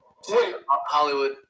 Hollywood